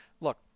Look